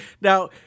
Now